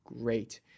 great